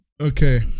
Okay